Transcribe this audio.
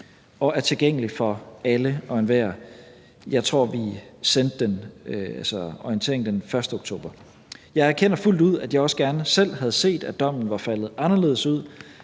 og er tilgængelig for alle og enhver. Jeg tror, vi sendte orienteringen den 1. oktober. Jeg erkender fuldt ud, at jeg også gerne selv havde set, at dommen var faldet anderledes ud,